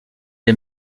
des